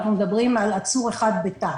אנחנו מדברים על עצור אחד בתא.